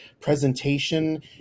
presentation